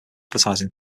advertising